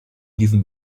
diesen